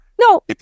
No